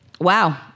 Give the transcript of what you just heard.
Wow